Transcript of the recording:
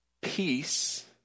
peace